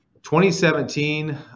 2017